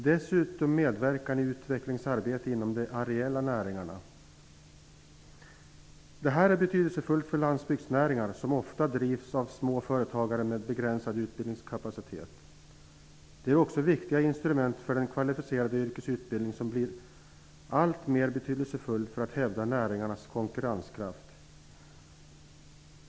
Dessutom medverkar man i utvecklingsarbete inom de areella näringarna. Det här är betydelsefullt för landsbygdsnäringar som ofta drivs av småföretagare med begränsad utbildningskapacitet. Det är också viktiga instrument för den kvalificerade yrkesutbildning som blir alltmer betydelsefull för att hävda näringarnas konkurrenskraft.